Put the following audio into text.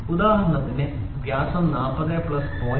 ഉദാഹരണത്തിന് വ്യാസം 40 പ്ലസ് 0